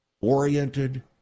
oriented